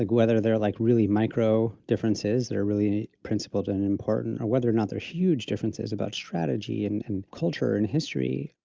like whether they're like, really micro differences that are really principled and important, or whether or not there are huge differences about strategy and and culture and history.